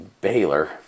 Baylor